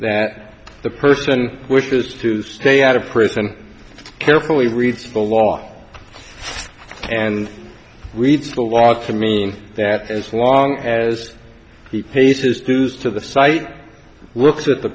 that the person wishes to stay out of prison and carefully read spell law and reads a lot to mean that as long as he pays his dues to the site looks at the